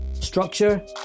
structure